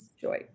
joy